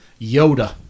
Yoda